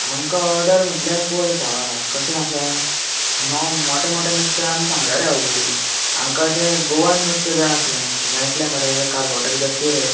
आमकां ऑर्डर म्हटल्यार पळय भावा कशें नॉम् मोटें मोटें नुस्तें आमी सांगला रे ऑलरेडी आमकां अशें गोंअन नुस्तें जाय आसलें माश्शें मेळटलें मरे कारबोटां बी तसलीं रे